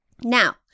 Now